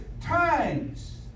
times